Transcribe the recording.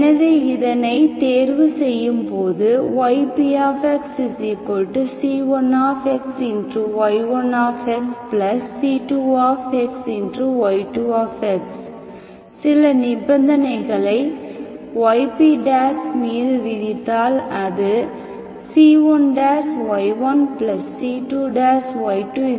எனவே இதனை தேர்வு செய்யும் போது ypxc1xy1c2y2 சில நிபந்தனைகளை yp மீது விதித்தால் அது c1y1c2y20 எ